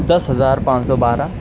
دس ہزار پان سو بارہ